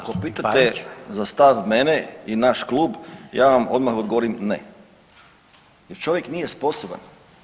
Ako pitate za stav mene i naš klub ja vam odmah odgovorim ne jer čovjek nije sposoban.